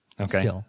Okay